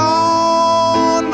on